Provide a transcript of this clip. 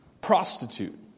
prostitute